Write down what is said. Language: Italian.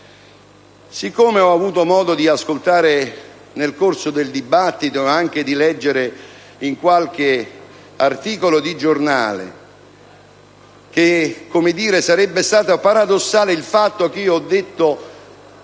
persone, ho avuto modo di ascoltare nel corso del dibattito, ma anche di leggere in qualche articolo di giornale che sarebbe stata paradossale la mia affermazione